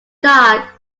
dark